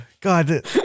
God